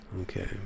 Okay